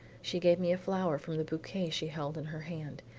she gave me a flower from the bouquet she held in her hand,